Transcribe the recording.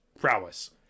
prowess